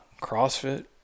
crossfit